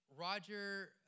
Roger